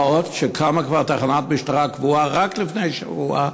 מה עוד שקמה כבר תחנת משטרה קבועה רק לפני שבוע,